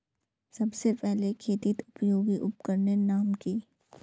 सबसे पहले खेतीत उपयोगी उपकरनेर नाम की?